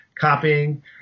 copying